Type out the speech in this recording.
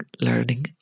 learning